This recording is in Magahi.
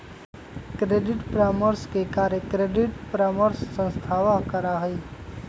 क्रेडिट परामर्श के कार्य क्रेडिट परामर्श संस्थावह करा हई